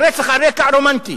או "רצח על רקע רומנטי".